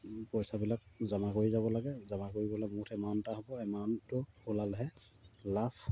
পইচাবিলাক জমা কৰি যাব লাগে জমা কৰিবলৈ বহুত এমাউণ্ট এটা হ'ব এমাউণ্টটো ওলালহে লাভ